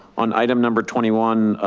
on item number twenty one,